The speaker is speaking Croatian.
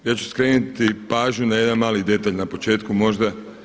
Ja ću skrenuti pažnju na jedan mali detalj, na početku možda.